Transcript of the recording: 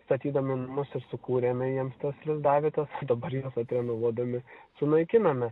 statydami namus ir sukūrėme jiems tas lizdavietes dabar juos atrenovuodami sunaikiname